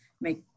make